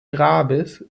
grabes